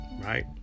right